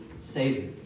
Savior